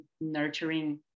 nurturing